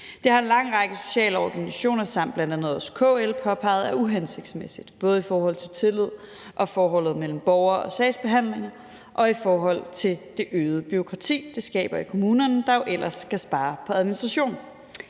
Det har en lang række sociale organisationer samt bl.a. også KL påpeget er uhensigtsmæssigt, både i forhold til tillid og forholdet mellem borgere og sagsbehandlere og i forhold til det øgede bureaukrati, det skaber i kommunerne, der jo ellers skal spare på administration.